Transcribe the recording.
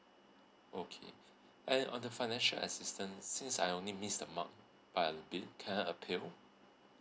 okay and on the financial assistance since I only missed the mark by a bit can I appeal